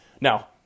Now